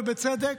ובצדק?